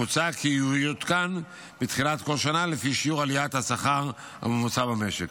מוצע כי יעודכן בתחילת כל שנה לפי שיעור עליית השכר הממוצע במשק.